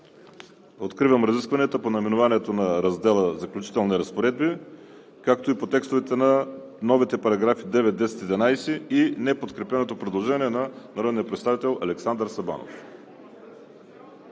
Откривам разискванията по наименованието на раздела „Заключителни разпоредби“, както и по текстовете на новите параграфи 9, 10 и 11, и неподкрепеното предложение на народния представител Александър Сабанов.